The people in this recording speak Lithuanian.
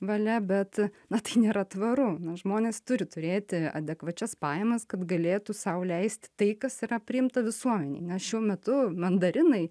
valia bet na tai nėra tvaru na žmonės turi turėti adekvačias pajamas kad galėtų sau leisti tai kas yra priimta visuomenėj nes šiuo metu mandarinai